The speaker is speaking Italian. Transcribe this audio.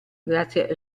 grazie